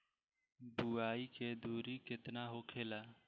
बुआई के दूरी केतना होखेला?